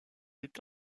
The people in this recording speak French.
est